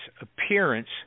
appearance